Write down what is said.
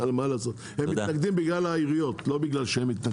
הם מתנגדים בגלל העיריות, לא בגלל שהם מתנגדים.